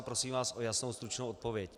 Prosím vás o jasnou, stručnou odpověď.